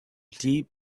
deep